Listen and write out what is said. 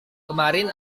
kemarin